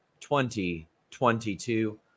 2022